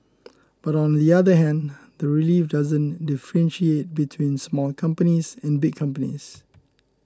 but on the other hand the relief doesn't differentiate between small companies and big companies